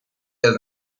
del